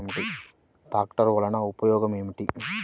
ట్రాక్టర్లు వల్లన ఉపయోగం ఏమిటీ?